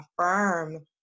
affirm